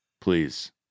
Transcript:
Please